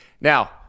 now